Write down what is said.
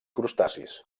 crustacis